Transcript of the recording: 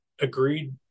agreed